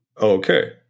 Okay